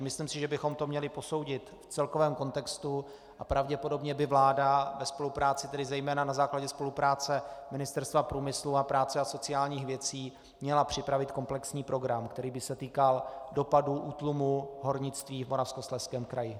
Myslím si, že bychom to měli posoudit v celkovém kontextu, a pravděpodobně by vláda ve spolupráci, tedy zejména na základě spolupráce ministerstev průmyslu a práce a sociálních věcí měla připravit komplexní program, který by se týkal dopadů útlumu hornictví v Moravskoslezském kraji.